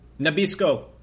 Nabisco